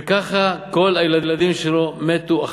וככה כל הילדים שלו מתו,